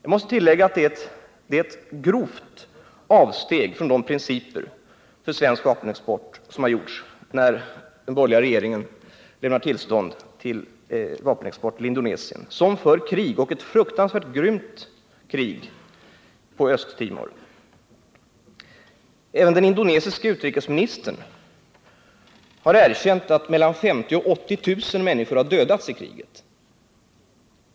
Jag måste tillägga att det är ett grovt avsteg från principerna för svensk vapenexport som har gjorts när den borgerliga regeringen lämnat tillstånd till vapenexport till Indonesien, som för krig — och ett fruktansvärt grymt krig — på Östtimor. Även den indonesiske utrikesministern har erkänt att mellan 50 000 och 80 000 människor har dödats i kriget.